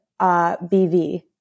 BV